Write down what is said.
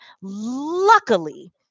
luckily